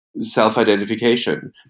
self-identification